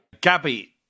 Gabby